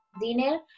dinner